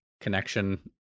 connection